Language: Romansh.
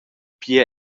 pia